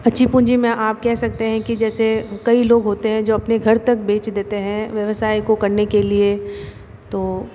अच्छी पूंजी में आप कह सकते हैं कि जैसे कई लोग होते हैं जो अपने घर तक बेच देते हैं व्यवसाय को करने के लिए तो